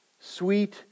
sweet